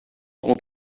rond